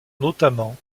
notamment